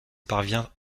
parvient